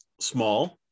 small